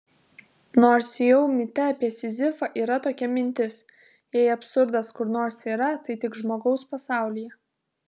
nors jau mite apie sizifą yra tokia mintis jei absurdas kur nors yra tai tik žmogaus pasaulyje